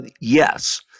yes